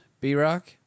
B-Rock